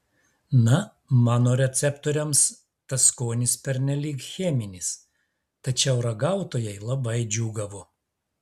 na mano receptoriams tas skonis pernelyg cheminis tačiau ragautojai labai džiūgavo